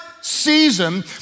season